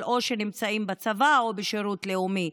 אבל או שנמצאים בצבא או בשירות לאומי.